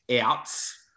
outs